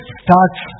starts